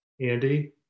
Andy